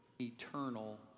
eternal